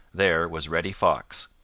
there was reddy fox.